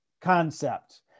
concept